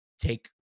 take